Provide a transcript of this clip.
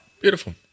Beautiful